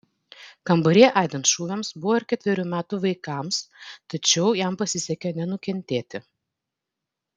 kambaryje aidint šūviams buvo ir ketverių metų vaikams tačiau jam pasisekė nenukentėti